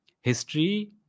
History